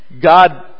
God